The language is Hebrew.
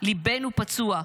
ליבנו פצוע,